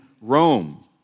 Rome